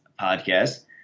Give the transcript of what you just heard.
podcast